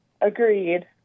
agreed